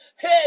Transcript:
Hey